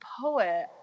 poet